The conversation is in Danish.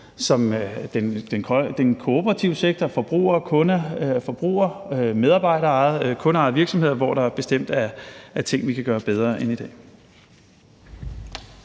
som den kooperative sektor i forhold til forbrugere, kunder, medarbejderejede og kundeejede virksomheder, hvor der bestemt er ting, vi kan gøre bedre end i dag.